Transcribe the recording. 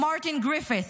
Martin Griffiths,